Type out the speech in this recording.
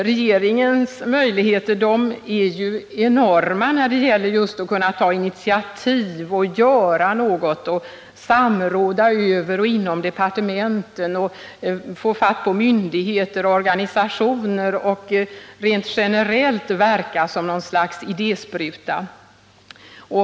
Regeringens möjligheter är enorma just när det gäller att kunna ta initiativ, att kunna göra något, att samråda över och inom departementen, att få fatt på myndigheter och organisationer och rent generellt verka som något slags idéspruta.